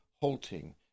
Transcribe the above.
halting